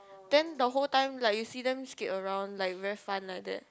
then the whole time like you see them skate around like very fun like that